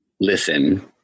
listen